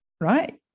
right